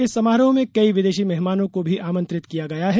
इस समारोह में कई विदेशी मेहमानों को भी आमंत्रित किया गया है